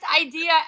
idea